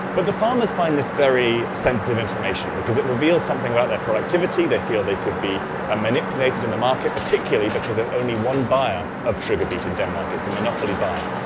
but the farmers finds this very sensitive information, because it reveals something about their productivity. they feel they could be ah manipulated in the market, particularly because there's only one buyer of sugarbeet in denmark, monopoly buyer.